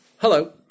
Hello